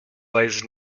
lies